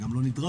גם לא נדרשנו.